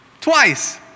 twice